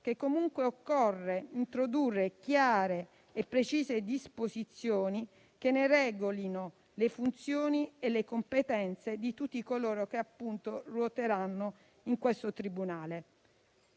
che occorre comunque introdurre chiare e precise disposizioni che regolino le funzioni e le competenze di tutti coloro che ruoteranno in questo tribunale.